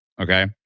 Okay